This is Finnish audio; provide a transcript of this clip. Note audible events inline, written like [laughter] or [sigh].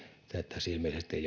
tässä ilmeisesti [unintelligible]